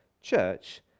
church